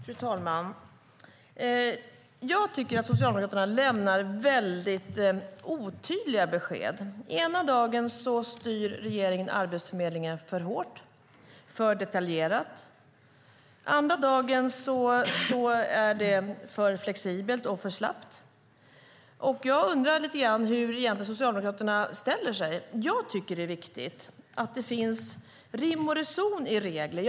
Fru talman! Jag tycker att Socialdemokraterna lämnar väldigt otydliga besked. Ena dagen styr regeringen Arbetsförmedlingen för hårt, för detaljerat. Andra dagen är det för flexibelt och för slappt. Jag undrar lite grann hur Socialdemokraterna egentligen ställer sig. Jag tycker att det är viktigt att det finns rim och reson i regler.